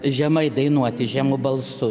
žemai dainuoti žemu balsu